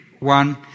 One